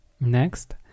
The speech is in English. Next